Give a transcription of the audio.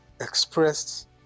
expressed